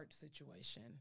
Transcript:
situation